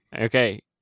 Okay